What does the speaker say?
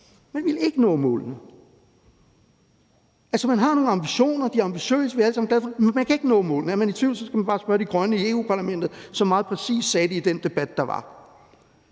man ville ikke nå målene. Man har nogle ambitioner, de er ambitiøse, vi er alle sammen glade for dem, men man kan ikke nå målene, og er man i tvivl, skal man bare spørge De Grønne i Europa-Parlamentet, som meget præcis sagde det i den debat, der var.